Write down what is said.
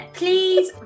please